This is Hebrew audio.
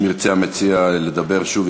אם ירצה המציע לדבר שוב,